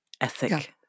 ethic